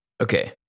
Okay